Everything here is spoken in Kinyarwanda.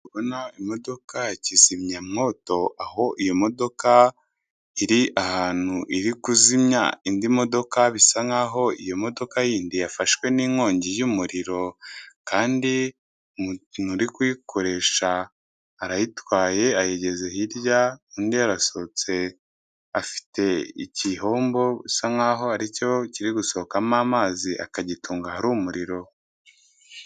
Imodoka ya kizimyamwoto aho iyo modoka iri ahantu iri kuzimya indi modoka bisa nk'aho iyo modoka yindi yafashwe n'inkongi y'umuriro kandi uri kuyikoresha arayitwaye ayigeze hirya undi yarasohotse afite ikihombo bisa nk'aho aricyo kiri gusohokamo amazi akagitunga hari umuriro.